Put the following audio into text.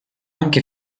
anche